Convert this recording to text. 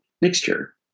mixture